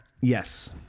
Yes